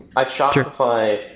at shopify,